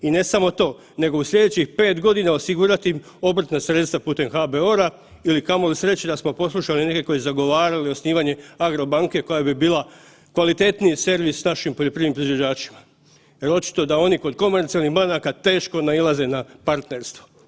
I ne samo to, nego u sljedećih 5 godina osigurati im obrtna sredstva putem HBOR-a, ili kamo li sreće da smo poslušali neke koji su zagovarali osnivanje agrobanke koja bi bila kvalitetniji servis našim poljoprivrednim proizvođačima jer očito da oni kod komercijalnih banaka teško nailaze na partnerstvo.